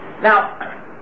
Now